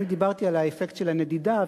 אני דיברתי על האפקט של הנדידה,